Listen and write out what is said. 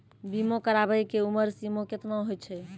बीमा कराबै के उमर सीमा केतना होय छै?